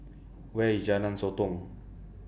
Where IS Jalan Sotong